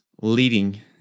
leading